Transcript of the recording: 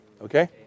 okay